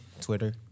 Twitter